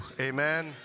Amen